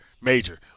Major